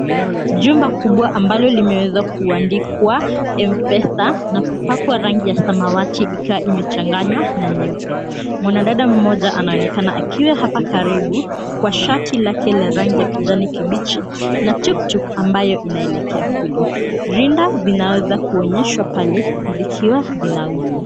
Jumba kubwa ambalo limewezwa kuandikwa M-PESA na kupakwa rangi ya samawati ikiwa imechanganywa na nyeupe. Mwanadada mmoja anaonekana akiwa hapa karibu kwa shati lake la rangi ya kijani kibichi na tuktuk ambayo inaelekea kule. Rinda zinaweza kuonyeshwa pale zikiwa zinauzwa.